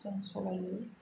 जों सोलियो